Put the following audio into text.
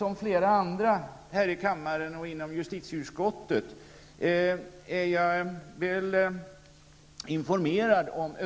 Som flera andra här i kammaren, och det gäller även i justitieutskottet, är jag informerad om Man